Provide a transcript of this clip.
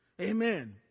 Amen